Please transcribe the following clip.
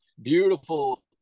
beautiful